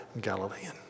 Galilean